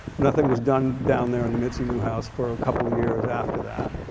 nothing was done down there in the mitzi newhouse for a couple of years after that.